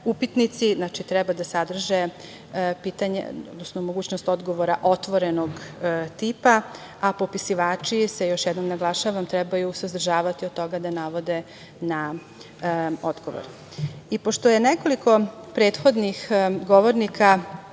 Upitnici treba da sadrže mogućnost odgovora otvorenog tipa, a popisivači se, još jednom naglašavam, trebaju suzdržavati od toga da navode na odogovr. Pošto je nekoliko prethodnih govornika